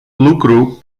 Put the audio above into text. lucru